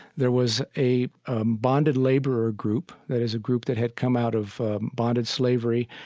there was a bonded laborer group, that is, a group that had come out of bonded slavery,